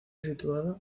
situada